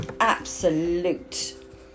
absolute